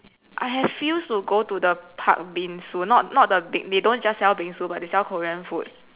I have used to go to the Patbingsoo not not the big they don't just sell bingsu but they sell korean food